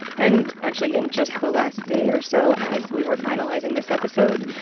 and actually, in just the last day or so, as we were finalizing this episode,